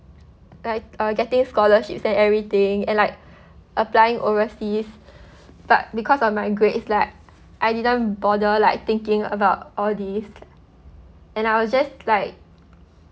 like uh getting scholarships and everything and like applying overseas but because of my grades like I didn't bother like thinking about all these and I was just like